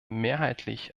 mehrheitlich